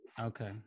okay